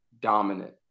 dominant